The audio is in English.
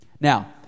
Now